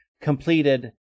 completed